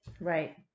right